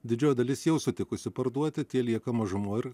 didžioji dalis jau sutikusi parduoti tie lieka mažumoj ir